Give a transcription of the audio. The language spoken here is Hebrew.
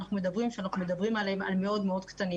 אנחנו מדברים כשאנחנו מדברים על מאוד-מאוד קטנים?